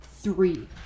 three